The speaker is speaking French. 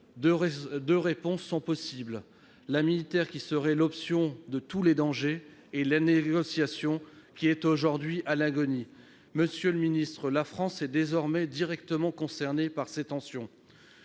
Deux réponses sont possibles : la militaire, qui serait l'option de tous les dangers, et la négociation, aujourd'hui à l'agonie. Monsieur le ministre, la France est désormais directement concernée par ces tensions.